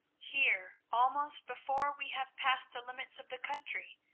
here almost before we have passed the limits of the country,